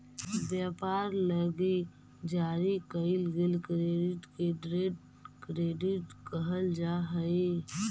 व्यापार लगी जारी कईल गेल क्रेडिट के ट्रेड क्रेडिट कहल जा हई